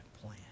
plan